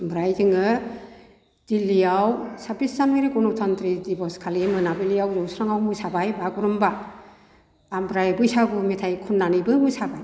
ओमफ्राय जोङो दिल्लीआव साबबिश जानुवारी गनतन्त्र दिबशखालि मोनाबिलिआव जौस्रांआव मोसाबाय बागुरुमबा ओमफ्राय बैसागु मेथाइ खननानैबो मोसाबाय